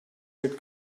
mit